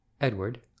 Edward